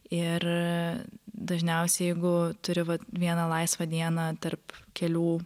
ir dažniausiai jeigu turi vieną laisvą dieną tarp kelių